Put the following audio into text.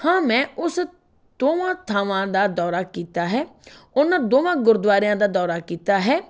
ਹਾਂ ਮੈਂ ਉਸ ਦੋਵਾਂ ਥਾਵਾਂ ਦਾ ਦੌਰਾ ਕੀਤਾ ਹੈ ਉਹਨਾਂ ਦੋਵਾਂ ਗੁਰਦੁਆਰਿਆਂ ਦਾ ਦੌਰਾ ਕੀਤਾ ਹੈ